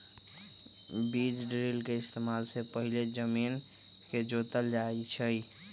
बीज ड्रिल के इस्तेमाल से पहिले जमीन के जोतल जाई छई